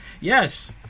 Yes